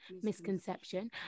misconception